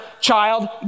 child